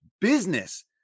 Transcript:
business